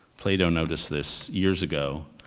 plato noticed this years ago,